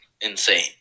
insane